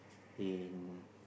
in